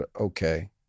okay